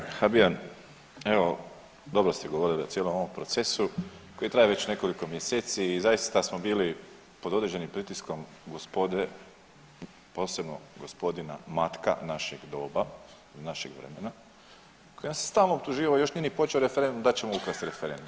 Kolega Habijan evo dobro ste govorili o cijelom ovom procesu koji traje već nekoliko mjeseci i zaista smo bili pod određenim pritiskom gospode, posebno gospodina Matka našeg doba, našeg vremena koji nas je stalno optuživao a još nije ni počeo referendum da ćemo ukrasti referendum.